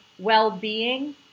well-being